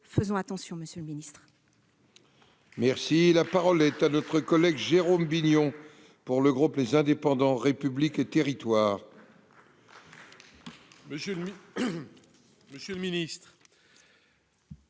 faisons attention, monsieur le ministre ! La parole est à M. Jérôme Bignon, pour le groupe Les Indépendants-République et Territoires.